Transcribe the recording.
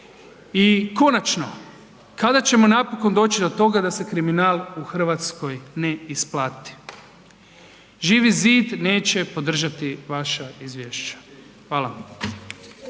I konačno, kada ćemo napokon doći do toga da se kriminal u Hrvatskoj ne isplati? Živi zid neće podržati vaša Izvješća. Hvala